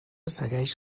segueix